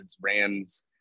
Rams